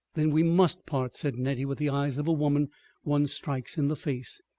then we must part, said nettie, with the eyes of a woman one strikes in the face.